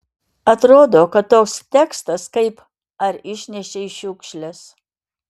atrodo kad toks tekstas kaip ar išnešei šiukšles